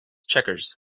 checkers